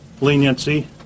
leniency